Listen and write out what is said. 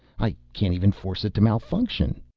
i can't even force it to malfunction.